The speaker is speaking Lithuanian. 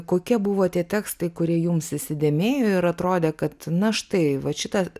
kokie buvo tie tekstai kurie jums įsidėmėjo ir atrodė kad na štai vat šitą